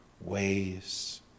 ways